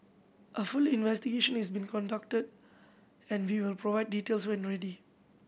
a full investigation is being conducted and we will provide details when ready